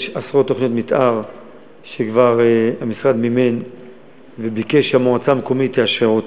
יש עשרות תוכניות מתאר שהמשרד כבר מימן וביקש שהמועצה המקומית תאשר.